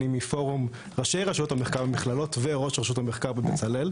אני מפורום ראשי רשויות המחקר במכללות וראש רשות המחקר בבצלאל,